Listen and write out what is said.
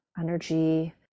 energy